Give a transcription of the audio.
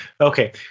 okay